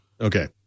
okay